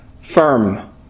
firm